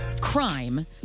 crime